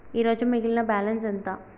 ఈరోజు మిగిలిన బ్యాలెన్స్ ఎంత?